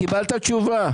קיבלת תשובה.